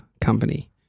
Company